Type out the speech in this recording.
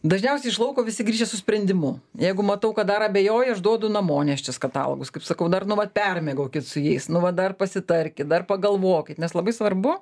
dažniausiai iš lauko visi grįžę su sprendimu jeigu matau kad dar abejoja aš duodu namo neštis katalogus kaip sakau dar nu vat permiegokit su jais nu va dar pasitarkit dar pagalvokit nes labai svarbu